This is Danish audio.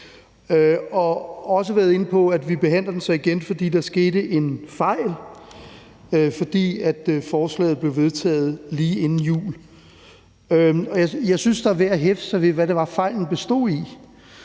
og også været inde på, at vi så behandler den igen, fordi der skete en fejl, fordi forslaget blev vedtaget lige inden jul. Jeg synes, det er værd at hæfte sig ved, hvad det var, fejlen bestod i.